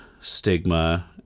stigma